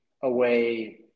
away –